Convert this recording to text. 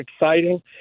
exciting—